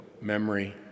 memory